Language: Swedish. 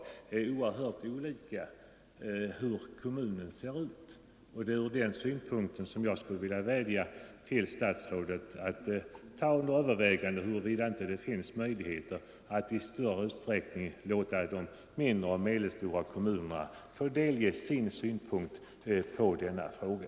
Dessa möjligheter är oerhört olika beroende på hur kommunen ser ut. Det är från den synpunkten som jag skulle vilja vädja till statsrådet att överväga huruvida det inte finns möjligheter att i större utsträckning låta de mindre och medelstora kommunerna få delge sina synpunkter på denna fråga.